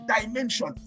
dimension